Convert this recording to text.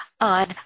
on